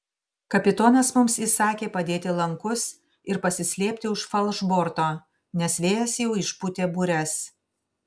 kapitonas mums įsakė padėti lankus ir pasislėpti už falšborto nes vėjas jau išpūtė bures